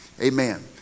Amen